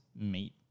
meet